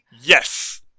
Yes